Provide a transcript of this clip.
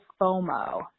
FOMO